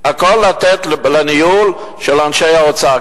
הכול לתת לניהול של אנשי האוצר,